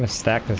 and stack